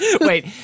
Wait